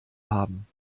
haben